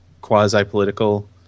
quasi-political